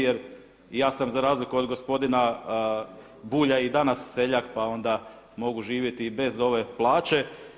Jer i ja sam za razliku od gospodina Bulja i danas seljak, pa onda mogu živjeti i bez ove plaće.